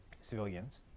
civilians